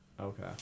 Okay